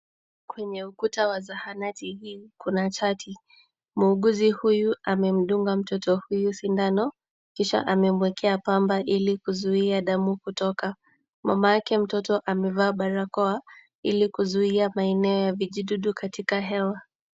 Kwenye ukuta wa zahanati hii kuna chati. Muuguzi huyu amemdunga mtoto huyu sindano kisha amemuekea pamba ili kuzuia damu kutoka. Mama yake mtoto amevaa barakoa, ili kuzuia maeneo ya vijidudu katika hewa.